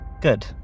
good